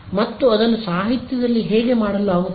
ಮತ್ತು ಅದನ್ನು ಸಾಹಿತ್ಯದಲ್ಲಿ ಹೇಗೆ ಮಾಡಲಾಗುತ್ತದೆ